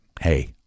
hey